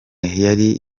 yari